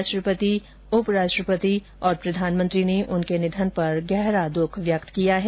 राष्ट्रपति उप राष्ट्रपति और प्रधानमंत्री ने उनके निधन पर गहरा द्ख व्यक्त किया है